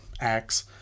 acts